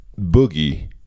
boogie